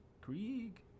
Krieg